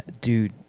dude